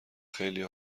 خیلی